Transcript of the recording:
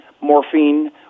morphine